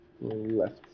Left